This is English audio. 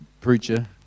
preacher